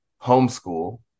homeschool